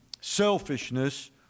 selfishness